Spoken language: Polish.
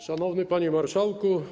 Szanowny Panie Marszałku!